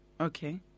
Okay